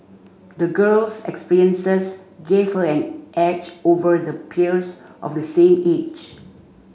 the girl's experiences gave her an edge over the peers of the same age